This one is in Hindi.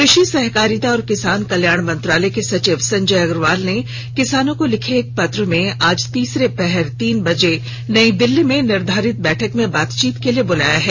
कृषि सहकारिता और किसान कल्याण मंत्रालय के सचिव संजय अग्रवाल ने किसानों को लिखे एक पत्र में आज तीसरे पहर तीन बजे नई दिल्ली में निर्धारित बैठक में बातचीत के लिए बुलाया है